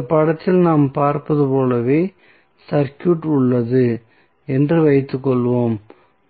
இந்த படத்தில் நாம் பார்ப்பது போலவே சர்க்யூட் உள்ளது என்று வைத்துக்கொள்வோம்